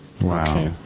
Wow